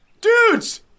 dudes